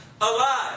alive